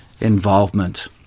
involvement